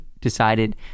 decided